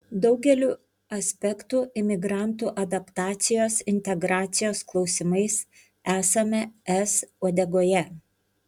daugeliu aspektų imigrantų adaptacijos integracijos klausimais esame es uodegoje